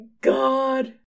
god